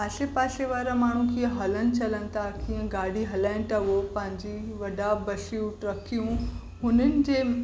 आसे पासे वारा माण्हू कीअं हलनि चलनि था कीअं गाॾी हलाइनि था उहे पांजी वॾा बसियूं ट्र्कियूं हुननि जे